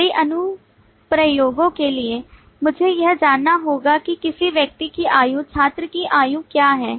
कई अनुप्रयोगों के लिए मुझे यह जानना होगा कि किसी व्यक्ति की आयु छात्र की आयु क्या है